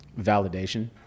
validation